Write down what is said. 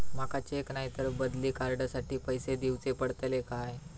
माका चेक नाय तर बदली कार्ड साठी पैसे दीवचे पडतले काय?